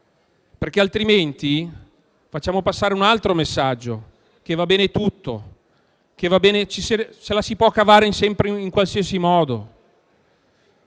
perché altrimenti facciamo passare un altro messaggio, ovvero che va bene tutto, che ce la si può cavare sempre e in qualsiasi modo.